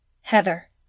Heather